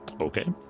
Okay